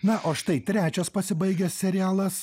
na o štai trečias pasibaigęs serialas